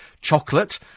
chocolate